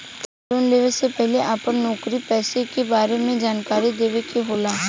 Loan लेवे से पहिले अपना नौकरी पेसा के बारे मे जानकारी देवे के होला?